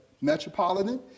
Metropolitan